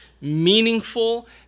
meaningful